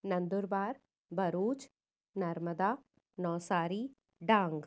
Nandurbar Bharuch Narmada Navsari Dang